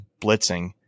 blitzing